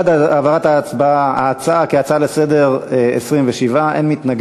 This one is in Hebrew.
התשע"ג 2013, להצעה לסדר-היום ולהעביר את הנושא